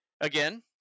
again